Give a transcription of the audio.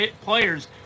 players